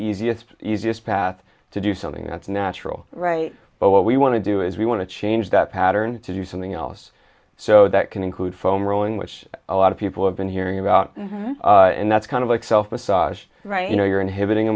easiest easiest path to do something that's natural right but what we want to do is we want to change that pattern to do something else so that can include foam rowing which a lot of people have been hearing about and that's kind of like self massage right you know you're inhibiting a